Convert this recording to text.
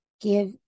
Give